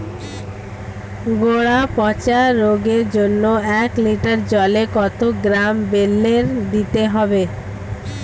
গোড়া পচা রোগের জন্য এক লিটার জলে কত গ্রাম বেল্লের দিতে হবে?